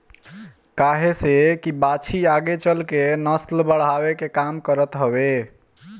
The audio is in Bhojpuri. काहे से की बाछी आगे चल के नसल बढ़ावे के काम करत हवे